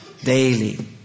daily